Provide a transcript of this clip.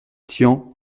tian